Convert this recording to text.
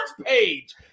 page